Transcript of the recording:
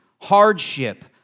hardship